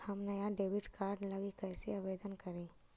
हम नया debit card लागी कईसे आवेदन करी?